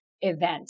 event